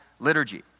liturgy